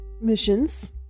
missions